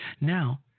Now